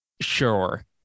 Sure